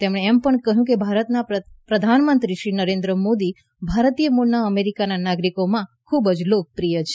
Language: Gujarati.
તેમણે એમ પણ કહ્યું કે ભારતના પ્રધાનમંત્રી શ્રી નરેન્દ્ર મોદી ભારતીય મૂળના અમેરિકાના નાગરિકીમાં ખૂબ જ લોકપ્રિય છે